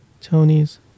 Tony's